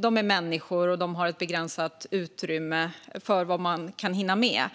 De är människor, och de har ett begränsat utrymme för vad de kan hinna med.